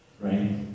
Right